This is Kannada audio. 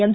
ಎಂ